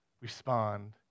respond